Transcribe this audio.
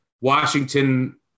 Washington